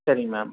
சரிங்க மேம்